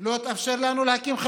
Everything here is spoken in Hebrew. לא התאפשר לנו להקים בנקים,